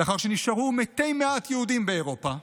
לאחר שנשארו מתי מעט יהודים באירופה,